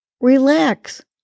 Relax